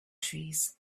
trees